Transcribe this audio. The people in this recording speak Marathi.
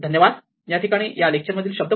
धन्यवाद